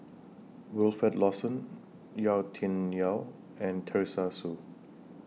Wilfed Lawson Yau Tian Yau and Teresa Hsu